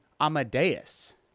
Amadeus